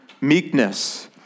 meekness